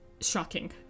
shocking